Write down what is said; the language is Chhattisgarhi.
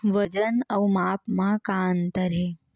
वजन अउ माप म का अंतर हे?